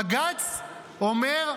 בג"ץ אומר: